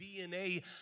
DNA